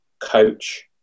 coach